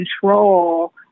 control